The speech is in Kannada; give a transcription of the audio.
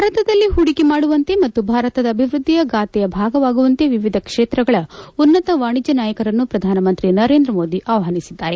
ಭಾರತದಲ್ಲಿ ಹೂಡಿಕೆ ಮಾಡುವಂತೆ ಮತ್ತು ಭಾರತದ ಅಭಿವೃದ್ದಿಯ ಗಾಥೆಯ ಭಾಗವಾಗುವಂತೆ ವಿವಿಧ ಕ್ಷೇತ್ರಗಳ ಉನ್ನತ ವಾಣಿಜ್ಯ ನಾಯಕರನ್ನು ಪ್ರಧಾನಮಂತ್ರಿ ನರೇಂದ್ರ ಮೋದಿ ಆಹ್ವಾನಿಸಿದ್ದಾರೆ